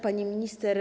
Pani Minister!